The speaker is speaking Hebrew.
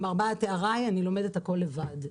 עם ארבעת תאריי אני לומדת הכול לבד,